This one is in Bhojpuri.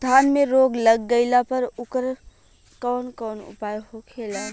धान में रोग लग गईला पर उकर कवन कवन उपाय होखेला?